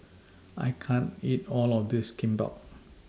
I can't eat All of This Kimbap